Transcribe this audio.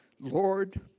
Lord